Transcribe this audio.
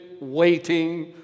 waiting